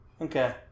Okay